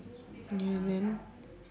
ya man